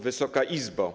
Wysoka Izbo!